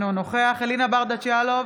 אינו נוכח אלינה ברדץ' יאלוב,